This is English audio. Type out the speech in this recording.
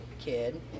kid